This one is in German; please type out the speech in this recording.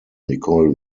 nicole